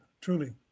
truly